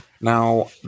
Now